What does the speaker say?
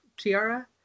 tiara